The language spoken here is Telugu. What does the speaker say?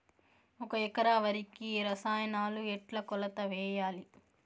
ఒక ఎకరా వరికి రసాయనాలు ఎట్లా కొలత వేయాలి?